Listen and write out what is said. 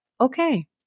Okay